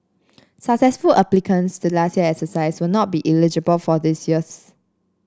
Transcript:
successful applicants to last year's exercise will not be eligible for this year's